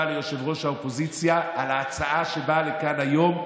לראש האופוזיציה על ההצעה שבאה לכאן היום,